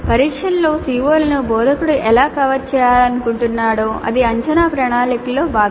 పరీక్షల్లో CO లను బోధకుడు ఎలా కవర్ చేయాలనుకుంటున్నాడో అది అంచనా ప్రణాళికలో భాగం